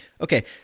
Okay